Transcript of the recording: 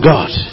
God